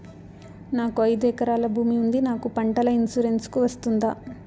నాకు ఐదు ఎకరాల భూమి ఉంది నాకు పంటల ఇన్సూరెన్సుకు వస్తుందా?